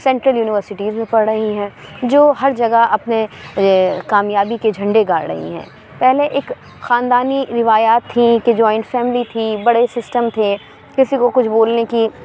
central universities میں پڑھ رہی ہیں جو ہر جگہ اپنے کامیابی کے جھنڈے گاڑ رہی ہیں پہلے ایک خاندانی روایات تھیں کہ جوائنٹ فیملی تھی بڑے سسٹم تھے کسی کو کچھ بولنے کی